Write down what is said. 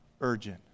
urgent